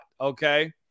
Okay